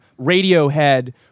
Radiohead